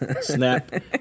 Snap